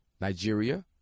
Nigeria